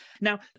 Now